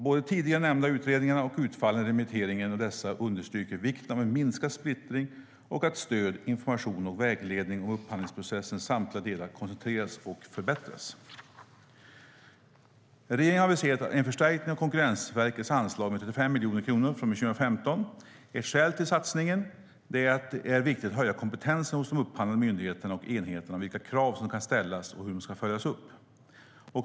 Både de tidigare nämnda utredningarna och utfallen i remitteringen av dessa understryker vikten av en minskad splittring och att stöd, information och vägledning om upphandlingsprocessens samtliga delar koncentreras och förbättras. Regeringen har aviserat en förstärkning av Konkurrensverkets anslag med 35 miljoner kronor från och med 2015. Ett skäl till satsningen är att det är viktigt att höja kompetensen hos de upphandlande myndigheterna och enheterna om vilka krav som kan ställas och hur de kan följas upp.